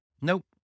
Nope